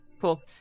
Cool